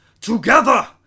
together